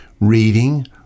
reading